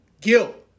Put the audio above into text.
guilt